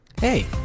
hey